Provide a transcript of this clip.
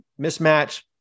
mismatch